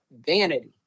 vanity